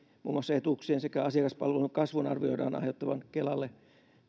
muun muassa etuuksien sekä asiakaspalvelun kasvun arvioidaan aiheuttavan kelalle